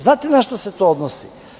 Znate na šta se to odnosi?